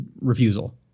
refusal